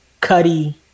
Cuddy